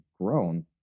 grown